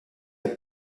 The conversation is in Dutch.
hebt